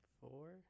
Four